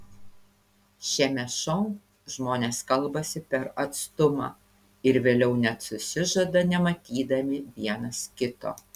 šiame šou žmonės kalbasi per atstumą ir vėliau net susižada nematydami vienas kito